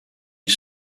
ils